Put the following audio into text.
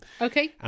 Okay